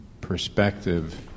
perspective